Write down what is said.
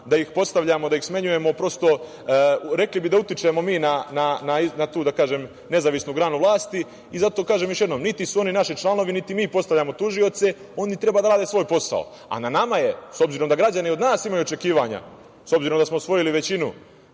da ih postavljamo, da ih smenjujemo, rekli bi da utičemo na tu nezavisnu granu vlasti. Kažem još jednom, niti su oni naši članovi, niti mi postavljamo tužioce. Oni treba da rade svoj posao, a na nama je, s obzirom da građani od nas imaju očekivanja, s obzirom da smo osvojili većinu